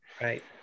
Right